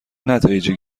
نتایجی